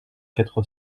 quatre